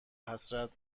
حسرت